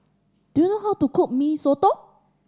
do you know how to cook Mee Soto